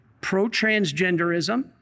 pro-transgenderism